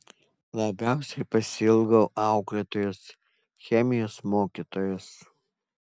labiausiai pasiilgau auklėtojos chemijos mokytojos